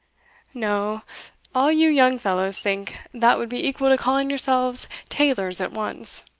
no all you young fellows think that would be equal to calling yourselves tailors at once